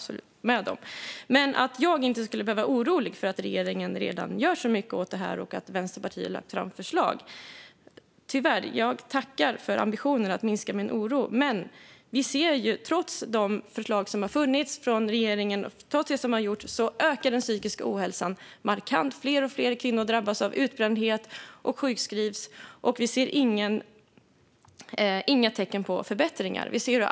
När det gäller att jag inte behöver vara orolig eftersom regeringen redan gör så mycket åt det och Vänsterpartiet har lagt fram förslag tackar jag för ambitionen att minska min oro. Men vi ser tyvärr, trots de förslag som regeringen har lagt fram och trots det som har gjorts, att den psykiska ohälsan ökar markant. Allt fler kvinnor drabbas av utbrändhet och sjukskrivs, och vi ser inga tecken på förbättringar.